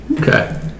Okay